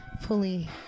fully